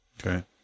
Okay